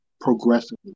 progressively